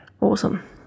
Awesome